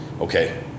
okay